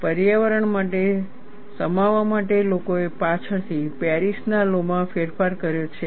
પર્યાવરણ માટે સમાવવા માટે લોકોએ પાછળથી પેરિસના લૉ માં ફેરફાર કર્યો છે